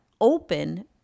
open